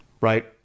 right